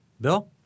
Bill